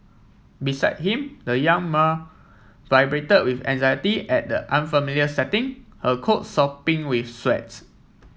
beside him the young mare vibrated with anxiety at the unfamiliar setting her coat sopping with sweat